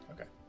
Okay